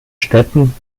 städten